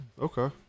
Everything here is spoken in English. Okay